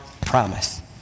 promise